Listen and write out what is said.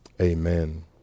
Amen